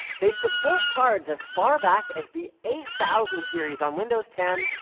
they support cards as far back as the eight thousand series on windows ten,